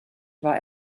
war